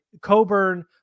Coburn